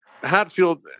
Hatfield